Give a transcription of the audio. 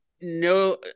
no